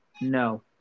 no